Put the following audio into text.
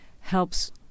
helps